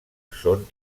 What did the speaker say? són